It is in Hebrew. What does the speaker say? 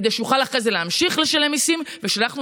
כדי שיוכל אחרי זה להמשיך לשלם מיסים ושאנחנו